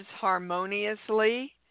harmoniously